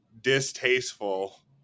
distasteful